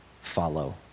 follow